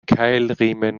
keilriemen